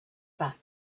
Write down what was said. back